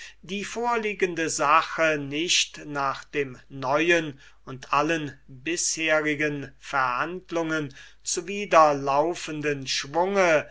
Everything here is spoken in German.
die vorliegende sache nicht nach dem neuen und allen bisherigen verhandlungen zuwiderlaufenden schwunge